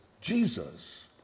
Jesus